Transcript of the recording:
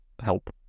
help